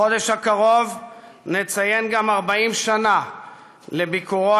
בחודש הקרוב נציין גם 40 שנה לביקורו